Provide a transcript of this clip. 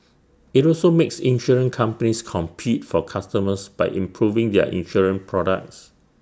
IT also makes insurance companies compete for customers by improving their insurance products